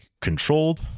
controlled